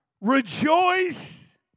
Rejoice